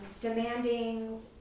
demanding